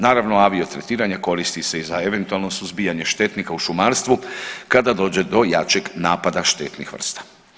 Naravno aviotretiranje koristi se i za eventualno suzbijanje štetnika u šumarstvu kada dođe do jačeg napada štetnih vrsta.